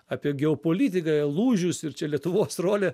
apie geopolitiką lūžius ir čia lietuvos rolę